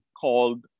called